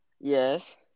Yes